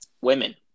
Women